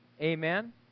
Amen